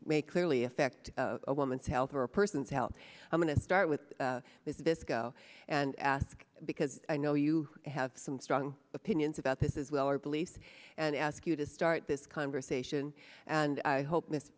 may clearly affect a woman's health or a person's health i'm going to start with this go and ask because i know you have some strong opinions about this as well or beliefs and ask you to start this conversation and i hope m